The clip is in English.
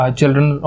children